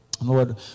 Lord